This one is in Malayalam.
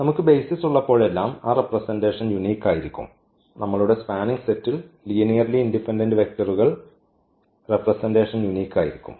നമുക്ക് ബേയ്സിസ് ഉള്ളപ്പോഴെല്ലാം ആ റെപ്രെസെന്റഷൻ യൂനിക് ആയിരിക്കും നമ്മളുടെ സ്പാനിംഗ് സെറ്റിൽ ലീനിയർലി ഇൻഡിപെൻഡന്റ് വെക്റ്ററുകൾ റെപ്രെസെന്റഷൻ യൂനിക് ആയിരിക്കും